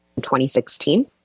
2016